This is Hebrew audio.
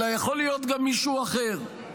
אלא יכול להיות גם מישהו אחר.